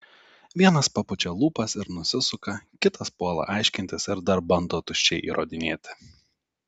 vienas papučia lūpas ir nusisuka kitas puola aiškintis ir dar bando tuščiai įrodinėti